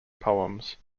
poems